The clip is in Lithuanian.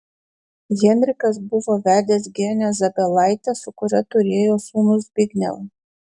henrikas buvo vedęs genę zabielaitę su kuria turėjo sūnų zbignevą